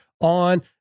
on